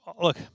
look